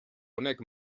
honek